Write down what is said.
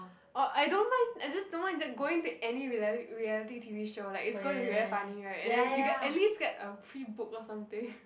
oh I don't mind I just don't mind just going to any rea~ reality t_v show like it's gonna be very funny right and then you can at least get a free book or something